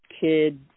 kid